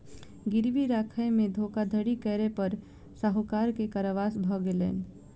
गिरवी राखय में धोखाधड़ी करै पर साहूकार के कारावास भ गेलैन